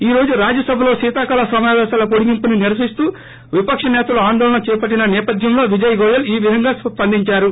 ఈ రోజు రాజ్యసభలో శీతకాల సమాపేశాల పొడగింపును నిరసిస్తూ విపక్ష నేతలు ఆందోళన చేపట్టిన నేపధ్యంలో విజయ్ గోయల్ ఈ విధంగా స్పందించారు